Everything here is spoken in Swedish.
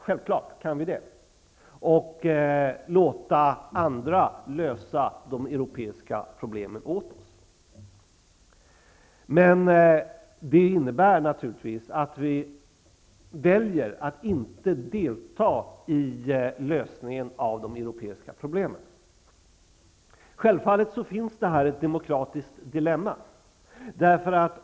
Självklart kan vi göra det, och låta andra lösa de europeiska problemen åt oss. Men det innebär naturligtvis att vi väljer att inte delta i lösningen av de europeiska problemen. Självfallet finns det här ett demokratiskt dilemma.